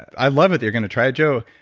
i love it, you're going to try it. joe,